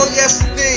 yesterday